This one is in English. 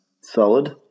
Solid